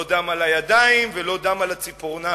לא דם על הידיים ולא דם על הציפורניים.